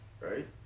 right